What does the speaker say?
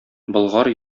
болгар